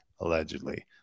allegedly